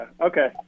okay